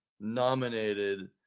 nominated